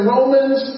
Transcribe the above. Romans